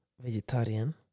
Vegetarian